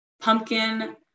pumpkin